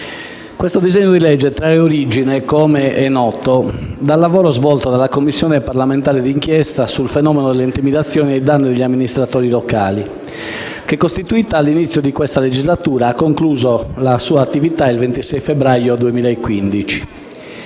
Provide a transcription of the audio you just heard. Questo disegno di legge trae origine, com'è noto, dal lavoro svolto dalla Commissione parlamentare di inchiesta sul fenomeno delle intimidazioni ai danni degli amministratori locali, che, costituita all'inizio di questa legislatura, ha concluso la sua attività il 26 febbraio 2015.